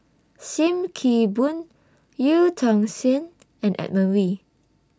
SIM Kee Boon EU Tong Sen and Edmund Wee